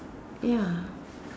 ya